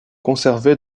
conservée